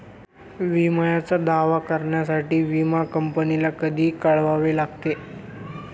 विम्याचा दावा करण्यासाठी विमा कंपनीला कधी कळवावे लागते?